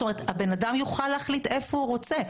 זאת אומרת, הבן אדם יוכל להחליט איפה הוא רוצה.